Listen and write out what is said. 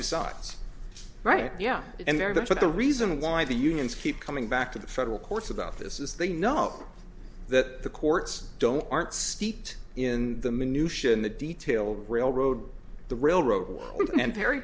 decides right yeah and they're going to the reason why the unions keep coming back to the federal courts about this is they know that the courts don't aren't steeped in the minutiae in the detail railroad the railroad and per